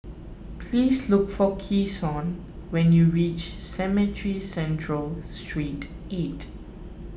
please look for Keshawn when you reach Cemetry Central Sreet eight